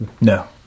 no